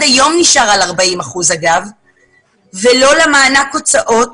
היום נשאר על 40 אחוזים ולא למענק הוצאות.